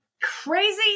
crazy